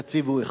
תציבו אחד,